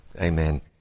Amen